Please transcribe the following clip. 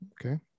Okay